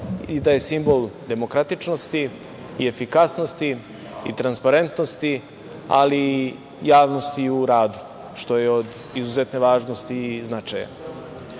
i da je simbol demokratičnosti i efikasnosti i transparentnosti, ali i javnosti u radu, što je od izuzetne važnosti i značaja. Brojni